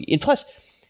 plus